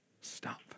stop